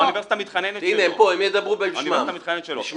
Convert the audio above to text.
הם פה, הם ידברו ותשמע אותם.